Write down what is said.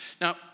Now